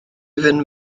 fynd